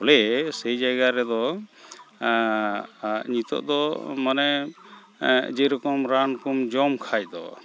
ᱯᱷᱚᱞᱮ ᱥᱮᱭ ᱡᱟᱭᱜᱟᱨᱮᱫᱚ ᱱᱤᱛᱚᱜᱫᱚ ᱢᱟᱱᱮ ᱡᱮᱨᱚᱠᱚᱢ ᱨᱟᱱᱠᱚᱢ ᱡᱚᱢ ᱠᱷᱟᱡᱫᱚ